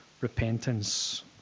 repentance